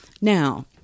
Now